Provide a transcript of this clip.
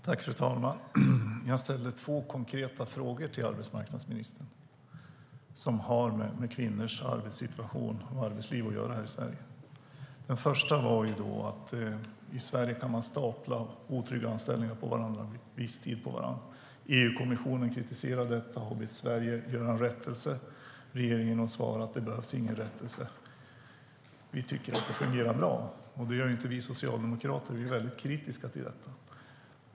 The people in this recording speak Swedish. Fru talman! Jag ställde två konkreta frågor till arbetsmarknadsministern som har med kvinnors arbetssituation och arbetsliv här i Sverige att göra. Den första gällde att man i Sverige kan stapla otrygga visstidsanställningar på varandra. EU-kommissionen kritiserade detta och har bett Sverige göra en rättelse. Regeringen har svarat: Det behövs ingen rättelse, utan vi tycker att det fungerar bra. Det tycker inte vi socialdemokrater. Vi är mycket kritiska till detta.